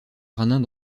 gradins